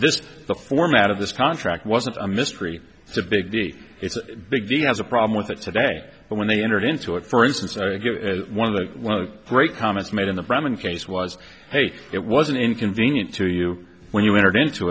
this the format of this contract wasn't a mystery it's a big the big deal has a problem with it today but when they entered into it for instance one of the great comments made in the bremen case was hey it wasn't inconvenient to you when you entered into